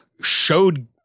showed